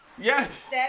Yes